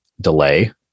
delay